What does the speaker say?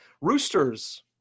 roosters